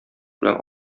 белән